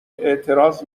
اعتراض